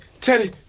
Teddy